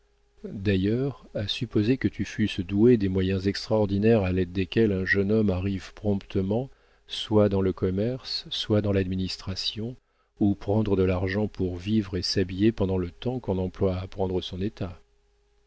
d'ailleurs à supposer que tu fusses doué des moyens extraordinaires à l'aide desquels un jeune homme arrive promptement soit dans le commerce soit dans l'administration où prendre de l'argent pour vivre et s'habiller pendant le temps qu'on emploie à apprendre son état